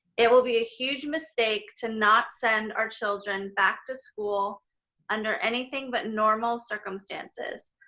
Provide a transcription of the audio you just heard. it will be a huge mistake to not send our children back to school under anything but normal circumstances.